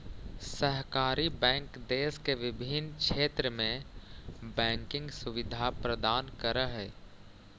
सहकारी बैंक देश के विभिन्न क्षेत्र में बैंकिंग सुविधा प्रदान करऽ हइ